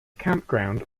campground